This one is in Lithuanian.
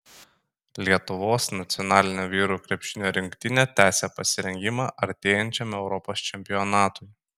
lietuvos nacionalinė vyrų krepšinio rinktinė tęsią pasirengimą artėjančiam europos čempionatui